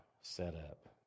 setup